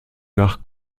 nach